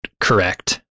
correct